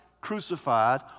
crucified